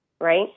right